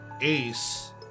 Ace